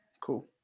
Cool